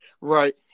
right